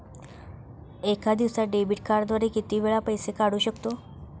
एका दिवसांत डेबिट कार्डद्वारे किती वेळा पैसे काढू शकतो?